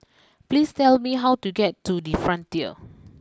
please tell me how to get to the Frontier